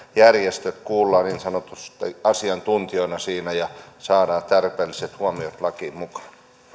järjestöjä kuullaan niin sanotusti asiantuntijoina siinä ja saadaan tarpeelliset huomiot lakiin mukaan